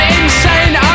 insane